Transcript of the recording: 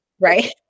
right